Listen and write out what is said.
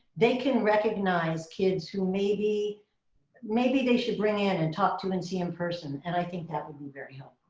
they can recognize kids who maybe maybe they should bring in and talk to and see in person. and i think that would be very um